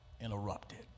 interrupted